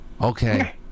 Okay